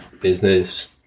Business